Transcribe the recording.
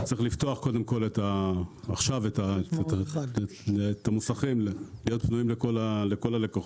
צריך לפתוח עכשיו את המוסכים להיות פנויים לכל הלקוחות.